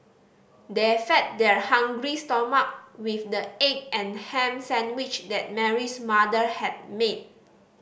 they fed their hungry stomach with the egg and ham sandwich that Mary's mother had made